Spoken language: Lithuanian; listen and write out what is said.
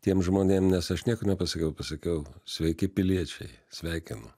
tiem žmonėm nes aš nieko nepasakiau pasakiau sveiki piliečiai sveikinu